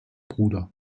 bruder